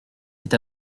est